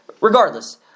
regardless